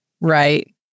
Right